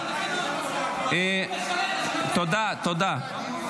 --- תודה, תודה.